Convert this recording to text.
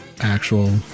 actual